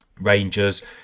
Rangers